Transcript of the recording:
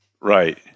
Right